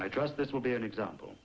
i trust this will be an example